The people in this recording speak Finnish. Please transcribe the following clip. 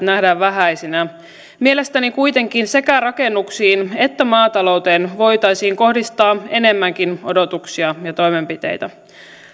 nähdään vähäisinä mielestäni kuitenkin sekä rakennuksiin että maatalouteen voitaisiin kohdistaa enemmänkin odotuksia ja toimenpiteitä